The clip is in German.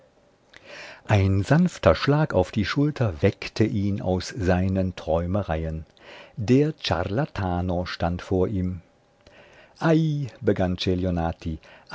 ein sanfter schlag auf die schulter weckte ihn aus seinen träumereien der ciarlatano stand vor ihm ei begann